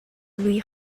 lui